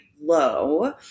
low